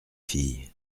fille